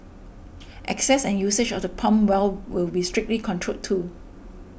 access and usage of the pump well will be strictly controlled too